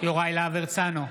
יוראי להב הרצנו,